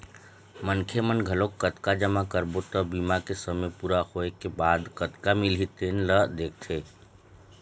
मनखे मन घलोक कतका जमा करबो त बीमा के समे पूरा होए के बाद कतका मिलही तेन ल देखथे